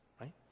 Right